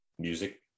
Music